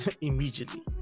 Immediately